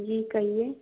जी कहिए